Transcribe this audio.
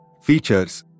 Features